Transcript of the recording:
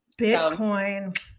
bitcoin